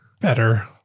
better